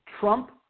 Trump